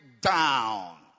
down